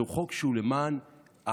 זהו חוק שהוא למען היהודים.